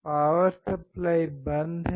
power supply बंद है